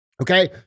okay